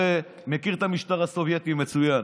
הוא הרי מכיר את המשטר הסובייטי מצוין,